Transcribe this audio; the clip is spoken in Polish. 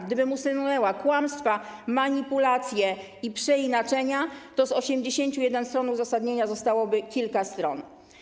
Gdybym usunęła kłamstwa, manipulacje i przeinaczenia, to z 81 stron uzasadnienia zostałoby kilka stron.